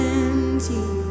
empty